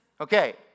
Okay